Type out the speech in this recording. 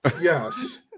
Yes